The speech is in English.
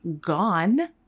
gone